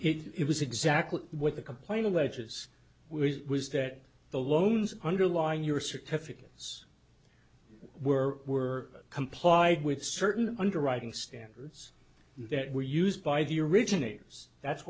it was exactly what the complaint alleges was was that the loans underlying your certificates were were complied with certain underwriting standards that were used by the originators that's